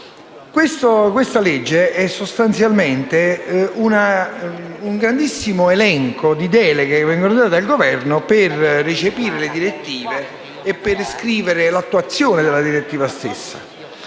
esame è sostanzialmente un grandissimo elenco di deleghe date al Governo per recepire le direttive e per scrivere l'attuazione delle direttive stesse.